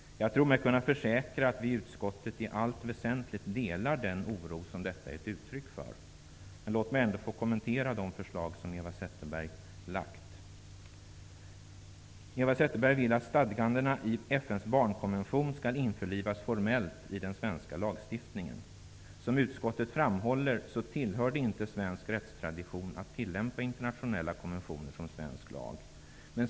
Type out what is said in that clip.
Jag tror mig kunna försäkra att vi i utskottet i allt väsentligt delar den oro som detta är ett uttryck för. Låt mig ändå få kommentera de förslag som Eva Zetterberg har lagt fram. Eva Zetterberg vill att stadgandena i FN:s barnkonvention formellt skall införlivas i den svenska lagstiftningen. Som utskottet framhåller tillhör det inte svensk rättstradition att tillämpa internationella konventioner som svensk lag.